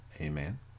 Amen